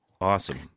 awesome